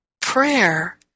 prayer